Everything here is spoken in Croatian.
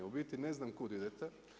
U biti ne znam kud idete.